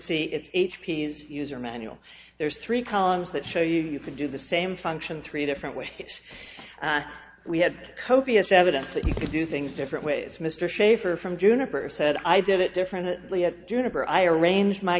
see it's h p s user manual there's three columns that show you could do the same function three different ways and we had copious evidence that you could do things different ways mr shafer from juniper said i did it differently at juniper i arranged my